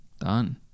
Done